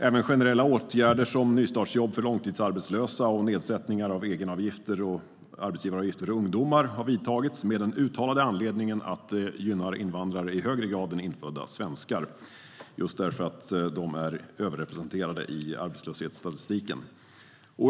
Även generella åtgärder som nystartsjobb för långtidsarbetslösa och nedsättningar av egenavgifter och arbetsgivaravgifter för ungdomar har vidtagits av den uttalade anledningen att det gynnar invandrare i högre grad än infödda svenskar, just därför att de är överrepresenterade i arbetslöshetsstatistiken.